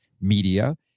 media